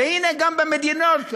והנה, גם במדינות המתפתחות,